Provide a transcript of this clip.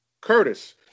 Curtis